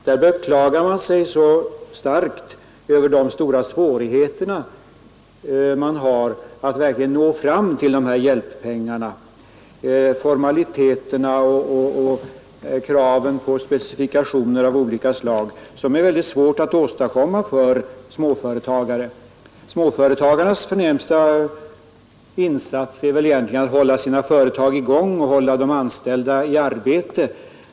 Där beklagar man sig över de stora svårigheterna att verkligen få de här pengarna, att behöva iaktta alla formaliteter och fullgöra kraven på specifikationer av olika slag, vilket är svårt att åstadkomma för många småföretagare. Småföretagarnas förnämsta insats är väl egentligen att hålla sina företag i gång och att hålla de anställda i arbete.